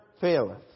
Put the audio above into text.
faileth